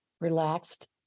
relaxed